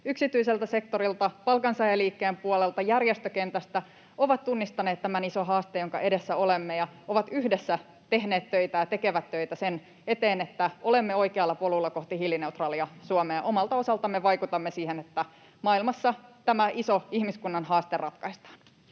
yksityiseltä sektorilta, palkansaajaliikkeen puolelta, järjestökentästä — ovat tunnistaneet tämän ison haasteen, jonka edessä olemme, ja ovat yhdessä tehneet töitä ja tekevät töitä sen eteen, että olemme oikealla polulla kohti hiilineutraalia Suomea. Omalta osaltamme vaikutamme siihen, että maailmassa tämä iso ihmiskunnan haaste ratkaistaan.